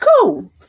cool